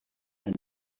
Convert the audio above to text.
and